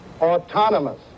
autonomous